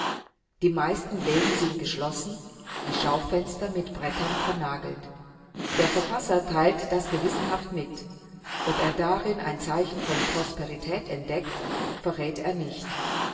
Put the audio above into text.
die meisten läden sind geschlossen die schaufenster mit brettern vernagelt der verfasser teilt das gewissenhaft mit ob er darin ein zeichen von prosperität entdeckt verrät er nicht